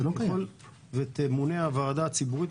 ככל שתמונה הוועדה הציבורית,